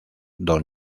don